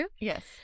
Yes